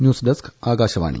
news desk Akashvani